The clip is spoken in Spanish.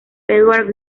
edward